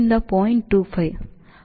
25 100 ಆಗಿರುತ್ತದೆ 4